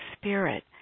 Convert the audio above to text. spirit